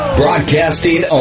broadcasting